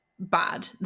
bad